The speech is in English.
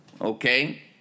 okay